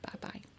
Bye-bye